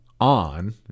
on